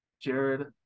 Jared